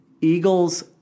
Eagles